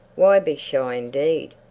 why be shy indeed!